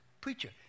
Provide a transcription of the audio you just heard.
preacher